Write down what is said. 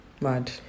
Mad